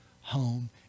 home